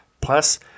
Plus